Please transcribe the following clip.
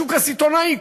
השוק הסיטונאי,